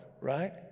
right